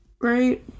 right